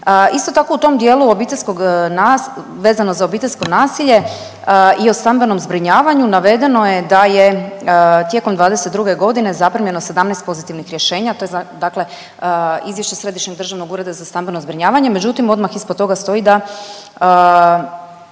Isto tako u tom dijelu obiteljskog na… vezano za obiteljsko nasilje i o stambenom zbrinjavanju navedeno je da je tijekom 2022. godine zaprimljeno 17 pozitivnih rješenja. To je dakle izvješće Središnjeg državnog ureda za stambeno zbrinjavanje, međutim odmah ispod toga stoji da